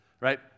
right